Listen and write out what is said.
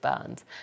burns